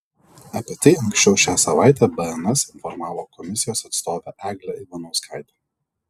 apie tai anksčiau šią savaitę bns informavo komisijos atstovė eglė ivanauskaitė